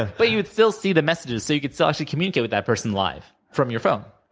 and but you would still see the messages, so you could still actually communicate with that person live from your phone.